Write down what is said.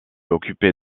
occupé